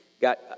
got